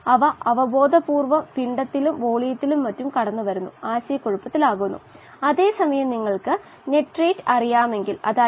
മാസ്സിൻറെ അളവ് ഗാഢതയാണ് ഇത് മാറ്റാൻ കഴിയുമെങ്കിൽ ഗാഢതയും മറ്റും കണക്കിലെടുത്ത് നമുക്ക് എഴുതാം